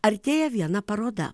artėja viena paroda